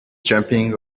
jumping